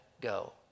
go